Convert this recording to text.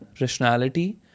rationality